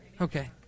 Okay